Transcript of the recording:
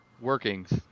Workings